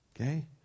okay